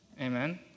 Amen